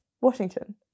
washington